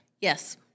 yes